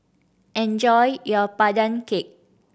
enjoy your Pandan Cake